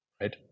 right